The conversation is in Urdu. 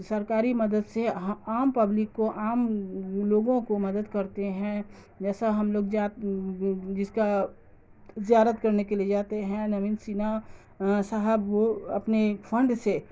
سرکاری مدد سے عام پبلک کو عام لوگوں کو مدد کرتے ہیں جیسا ہم لوگ جات جس کا زیارت کرنے کے لیے جاتے ہیں نوین سنہا صاحب وہ اپنے فنڈ سے